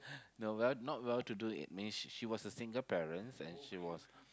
no well not well to do it means she she was a single parents and she was